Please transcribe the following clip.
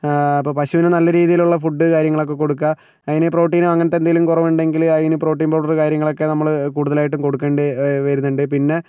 അപ്പോൾ പശുവിന് നല്ലരീതിയിലുള്ള ഫുഡ് കാര്യങ്ങളൊക്കെ കൊടുക്കുക അതിന് പ്രോട്ടീനോ അങ്ങനത്തേ എന്തേലും കുറവുണ്ടെങ്കില് അതിന് പ്രോട്ടീൻ പൗഡർ കാര്യങ്ങളൊക്കേ നമ്മള് കൂടുതലായിട്ടും കൊടുക്കേണ്ടി വരുന്നുണ്ട്